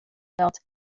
belt